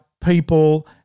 people